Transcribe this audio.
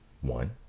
One